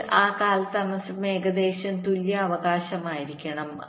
അതിനാൽ ആ കാലതാമസം ഏകദേശം തുല്യ അവകാശമായിരിക്കും